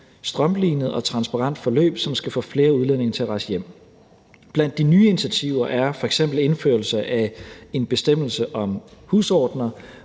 strømlinet og transparent forløb, som skal få flere udlændinge til at rejse hjem. Blandt de nye initiativer er f.eks. indførelse af en bestemmelse om husordener,